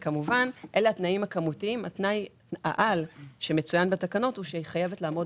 תנאי העל שמצוין בתקנות זה שהיא חייבת לעמוד